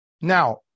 Now